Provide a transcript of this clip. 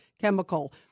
chemical